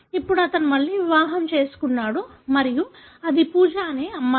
ఇప్పుడు అతను మళ్ళీ వివాహం చేసుకున్నాడు మరియు అది పూజ అనే అమ్మాయి